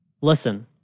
listen